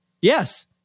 yes